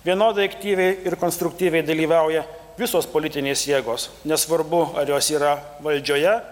vienodai aktyviai ir konstruktyviai dalyvauja visos politinės jėgos nesvarbu ar jos yra valdžioje